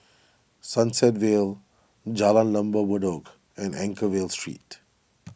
Sunset Vale Jalan Lembah Bedok and Anchorvale Street